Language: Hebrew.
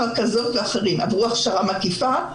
עברו הכשרה מקיפה,